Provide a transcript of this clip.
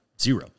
zero